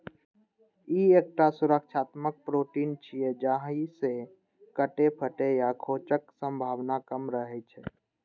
ई एकटा सुरक्षात्मक प्रोटीन छियै, जाहि सं कटै, फटै आ खोंचक संभावना कम रहै छै